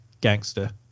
gangster